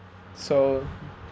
so